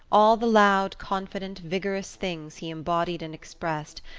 all the loud confident vigorous things he embodied and expressed,